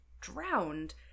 drowned